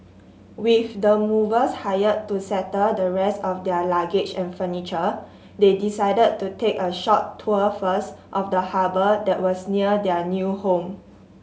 with the movers hired to settle the rest of their luggage and furniture they decided to take a short tour first of the harbour that was near their new home